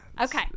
Okay